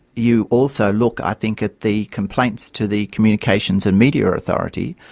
you also look, i think, at the complaints to the communications and media authority,